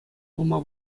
пулма